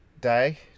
day